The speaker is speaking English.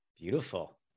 Beautiful